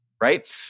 right